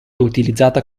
utilizzata